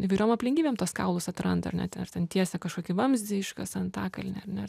įvairiom aplinkybėm tuos kaulus atranda ar ne ten tiesia kažkokį vamzdį iškasa antakalny ar ne